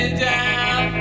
down